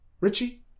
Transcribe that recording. Richie